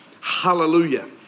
Hallelujah